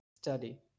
study